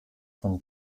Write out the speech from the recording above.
von